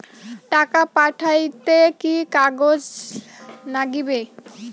টাকা পাঠাইতে কি কাগজ নাগীবে?